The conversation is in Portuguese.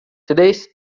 três